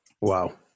Wow